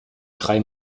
drei